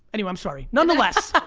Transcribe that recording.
anyway, i'm sorry. nonetheless,